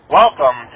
welcome